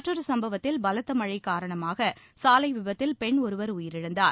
மற்றொரு சும்பவத்தில் பலத்த மழை காரணமாக சாலை விபத்தில் பெண் ஒருவர் உயிரிழந்தார்